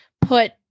put